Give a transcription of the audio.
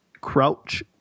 Crouch